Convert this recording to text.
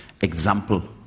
example